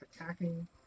attacking